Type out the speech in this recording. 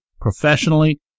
professionally